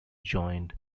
joined